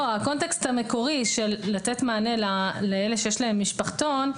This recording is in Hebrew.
הקונטקסט המקורי לתת מענה לאלה שיש להם משפחתון,